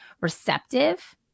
receptive